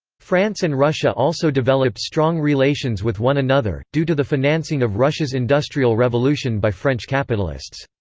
france and russia also developed strong relations with one another, due to the financing of russia's industrial revolution by french capitalists.